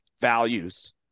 values